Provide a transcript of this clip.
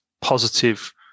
positive